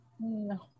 no